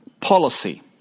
policy